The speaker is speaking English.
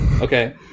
Okay